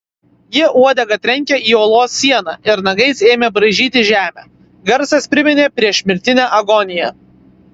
ji uodega trenkė į olos sieną ir nagais ėmė braižyti žemę garsas priminė priešmirtinę agoniją